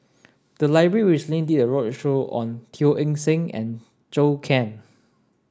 the library recently did a roadshow on Teo Eng Seng and Zhou Can